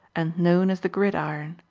and known as the gridiron.